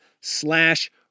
slash